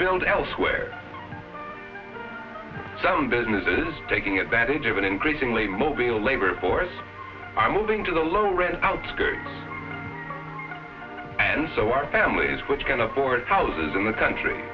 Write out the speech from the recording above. build elsewhere sound business is taking advantage of an increasingly mobey labor force i'm moving to the low rent outskirts and so are families which can afford houses in the country